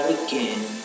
again